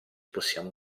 possiamo